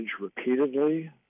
repeatedly